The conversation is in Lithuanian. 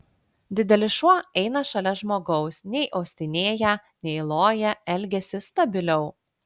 didelis šuo eina šalia žmogaus nei uostinėją nei loja elgiasi stabiliau